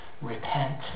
repent